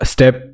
Step